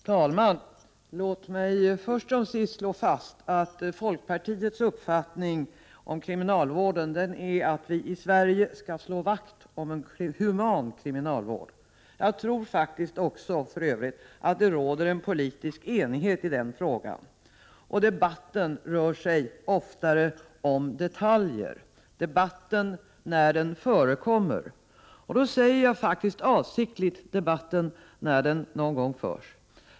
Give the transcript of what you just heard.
Herr talman! Låt mig först som sist slå fast att folkpartiets uppfattning om kriminalvården är att vi i Sverige skall slå vakt om en human kriminalvård. Jag tror för övrigt att det råder en politisk enighet i den frågan. Debatten — när den förekommer — rör sig oftare om detaljer. Det är med avsikt jag säger ”debatten — när den förekommer”.